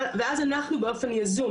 ואז אנחנו באופן יזום,